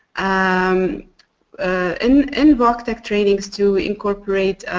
um and in voctec trainings too incorporate